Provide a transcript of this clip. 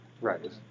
Right